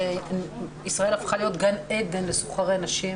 ישראל הפכה להיות גן עדן לסוחרי נשים,